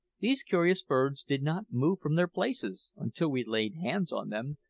these curious birds did not move from their places until we laid hands on them,